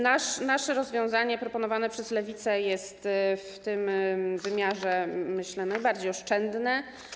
Nasze rozwiązanie, rozwiązanie proponowane przez Lewicę, jest w tym wymiarze, myślę, najbardziej oszczędne.